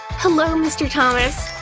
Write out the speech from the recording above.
hello, mr. thomas!